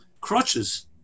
crutches